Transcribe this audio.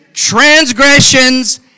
Transgressions